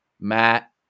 Matt